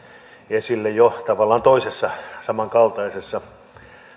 esille jo tavallaan toisessa samankaltaisessa